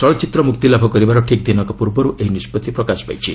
ଚଳଚ୍ଚିତ୍ର ମୁକ୍ତିଲାଭ କରିବାର ଠିକ୍ ଦିନକ ପୂର୍ବରୁ ଏହି ନିଷ୍ପଭି ପ୍ରକାଶ ପାଇଛି